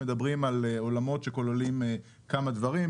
מדברים על עולמות שכוללים כמה דברים.